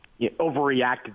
overreacted